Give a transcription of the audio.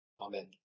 Amen